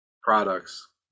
products